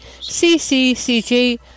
CCCG